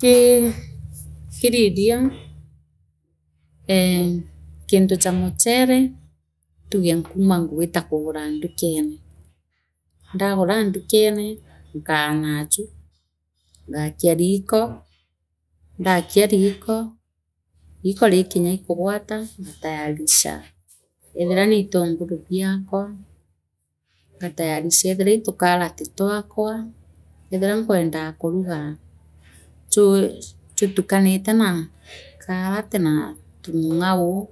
Kii kiriira ee gintu ja muchere tuuge nkuma gwita kugura ndukene ndaagura ndukene nkaanaju ngaakia niiko ndaakia niiko kiiko riikinya iikugwata ngayanisha ethira niiturenguria biakwa ngatayarisha eethira li tukarati twakwa eethira nkwendaa kuruga ju jutukanite na kaatati na mungau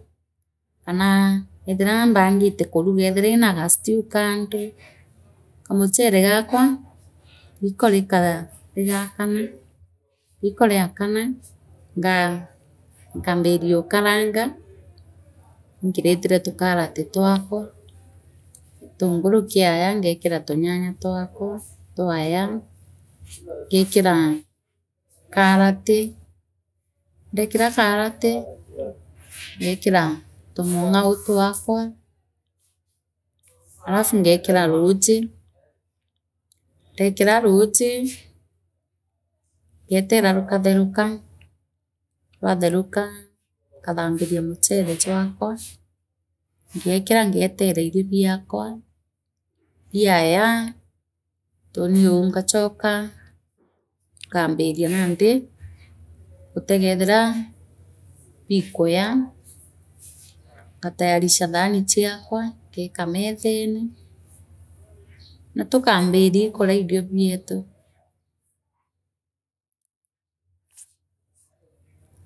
kaa eethika mbagite kuruga eothire iinaa gastew kando kamuchere gaakwa rikoo kikaa ngakama niko riakana nga ngambithiokaraanga ingitire tukarati twakwa gitunguru kiaya ngeekira tunyanya twakwa tuaya ngeekire mh karati ndeekira karati ngeekira ngetera rukatheruka rwaatheruka nkathaambiria muchete jwakwa ngeekira ngeotira irio biakwa biaya tuni uu ngachoka nkaambiria nandi guuite geethira biikuyaa ngatayarisha thaani chikwa ngooka methene naa tukaambiria iikaria irio bietu